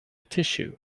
tissue